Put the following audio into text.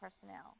personnel